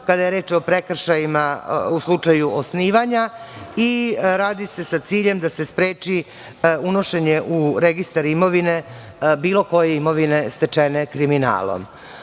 kada je reč o prekršajima u slučaju osnivanja i radi se sa ciljem da se spreči unošenje u registar imovine bilo koje imovine stečene kriminalom.Za